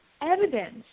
evidence